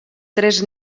tres